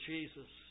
Jesus